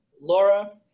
Laura